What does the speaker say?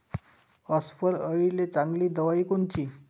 अस्वल अळीले चांगली दवाई कोनची?